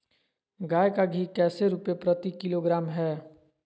गाय का घी कैसे रुपए प्रति किलोग्राम है?